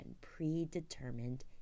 predetermined